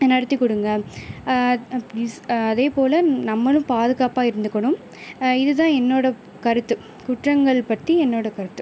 நடத்தி கொடுங்க அதேபோல் நம்மளும் பாதுகாப்பாக இருந்துக்கணும் இது தான் என்னோடய கருத்து குற்றங்கள் பற்றி என்னோடய கருத்து